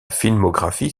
filmographie